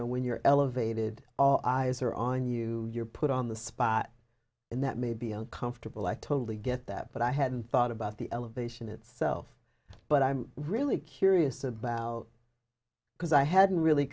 know when you're elevated all eyes are on you you're put on the spot and that may be uncomfortable i totally get that but i hadn't thought about the elevation itself but i'm really curious about because i hadn't really